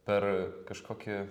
per kažkokį